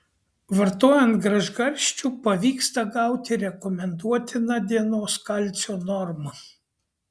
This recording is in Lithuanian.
vartojant gražgarsčių pavyksta gauti rekomenduotiną dienos kalcio normą